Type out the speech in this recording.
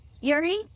Yuri